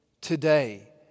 today